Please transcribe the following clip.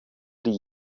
die